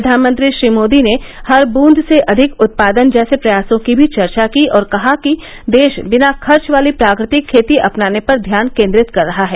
प्रधानमंत्री श्री मोदी ने हर बूंद से अधिक उत्पादन जैसे प्रयासों की भी चर्चा की और कहा कि देश बिना खर्च वाली प्राकृतिक खेती अपनाने पर ध्यान केन्द्रित कर रहा है